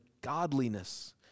godliness